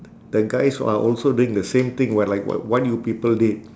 the guys are also doing the same thing what like what you people did